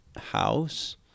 house